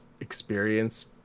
experience